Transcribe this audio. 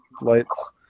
lights